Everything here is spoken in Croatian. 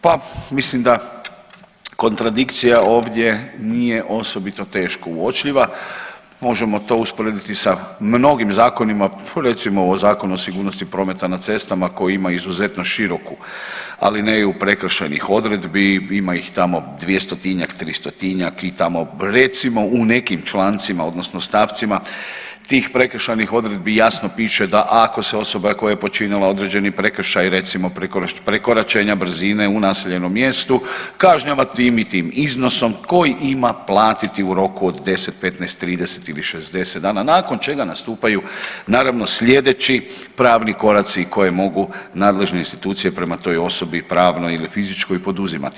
Pa mislim da kontradikcija ovdje nije osobito teško uočljiva, možemo to usporediti sa mnogim zakonima, recimo o Zakon o sigurnosti prometa na cestama koji ima izuzetno širok, ali ne i prekršajnih odredbi, ima ih tamo 200-njak, 300-njak i tamo recimo u nekim člancima odnosno stavcima tih prekršajnih odredbi jasno piše da ako se osoba koja je počinila određeni prekršaj, recimo prekoračenja brzine u naseljenom mjestu kažnjava tim i tim iznosom koji ima platiti u roku od 10,15,30 ili 60 dana nakon čega nastupaju naravno sljedeći pravni koraci koje mogu nadležne institucije prema toj osobi pravnoj ili fizičkoj poduzimati.